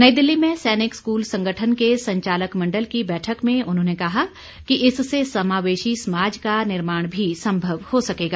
नई दिल्ली में सैनिक स्कूल संगठन के संचालक मण्डल की बैठक में उन्होंने कहा कि इससे समावेशी समाज का निर्माण भी संभव हो सकेगा